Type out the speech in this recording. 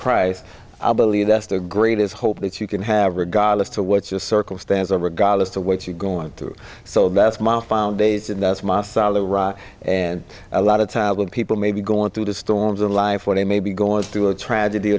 christ i believe that's the greatest hope that you can have regardless to what your circumstance or regardless of what you're going through so that's my foundation that's masala rock and a lot of taiwan people may be going through the storms of life or they may be going through a tragedy